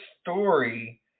story